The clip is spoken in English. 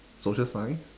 social science